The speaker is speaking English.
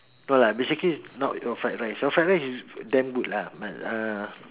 no lah basically is not your fried rice your fried rice is damn good lah but uh